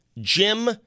Jim